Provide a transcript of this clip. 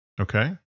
Okay